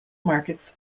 markets